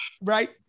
right